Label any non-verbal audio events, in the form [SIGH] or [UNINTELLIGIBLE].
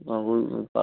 অঁ [UNINTELLIGIBLE]